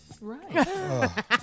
Right